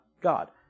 God